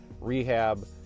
rehab